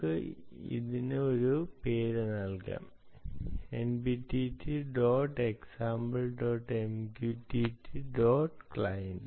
നമുക്ക് ഇതിന് ഒരു പേരും നൽകാം nptel dot example dot MQTT dot client